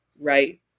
right